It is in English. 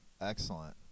Excellent